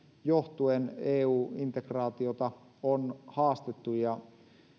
johtuen eu integraatiota on haastettu ja